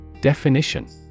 Definition